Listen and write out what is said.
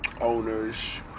owners